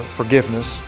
forgiveness